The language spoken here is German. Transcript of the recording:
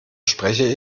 spreche